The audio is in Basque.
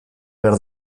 behar